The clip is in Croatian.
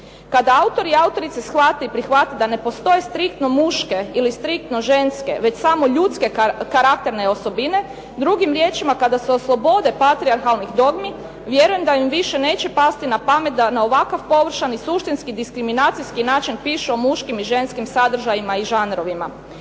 Kada autori i autorice shvate i prihvate da ne postoje striktno muške ili striktno ženske, već samo ljudske karakterne osobine, drugim riječima kada se oslobode patrijarhalnih dogmi, vjerujem da im više neće pasti na pamet da na ovakav površan i suštinski diskriminacijski način pišu o muškim i ženskim sadržajima i žanrovima.